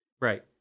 Right